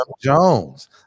Jones